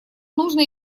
нужно